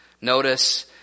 Notice